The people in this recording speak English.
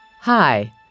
Hi